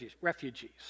refugees